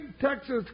Texas